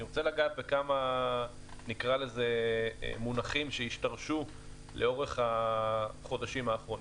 אני רוצה לגעת בכמה מונחים שהשתרשו לאורך החודשים האחרונים.